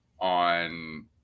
on